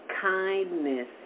kindness